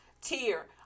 tier